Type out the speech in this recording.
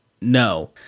No